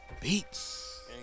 Beats